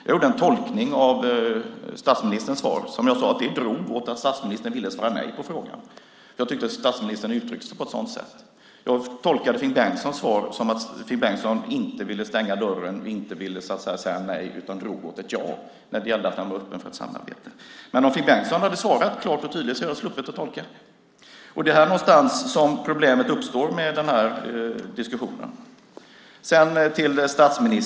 Jag gjorde en tolkning av statsministerns svar, och sade att det drog åt att statsministern ville svara nej på frågan. Jag tyckte att statsministern uttryckte sig på ett sådant sätt. Jag tolkade Finn Bengtssons svar som att Finn Bengtsson inte ville stänga dörren, och inte ville säga nej utan drog åt ett ja när det gällde att hålla dörren öppen för ett samarbete. Om Finn Bengtsson hade svarat klart och tydligt hade jag sluppit tolka. Det är här någonstans som problemet uppstår i denna diskussion.